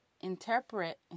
interpret